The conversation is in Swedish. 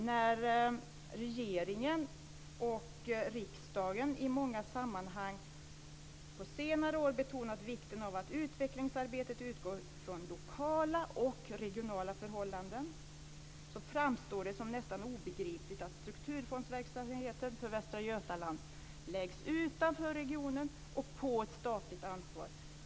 När regeringen och riksdagen i många sammanhang på senare år betonat vikten av att utvecklingsarbetet utgår från lokala och regionala förhållanden framstår det som nästan obegripligt att strukturfondsverksamheten för Västra Götaland läggs utanför regionen och på ett statligt ansvar.